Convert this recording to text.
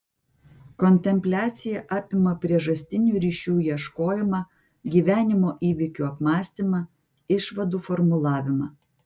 kontempliacija apima priežastinių ryšių ieškojimą gyvenimo įvykių apmąstymą išvadų formulavimą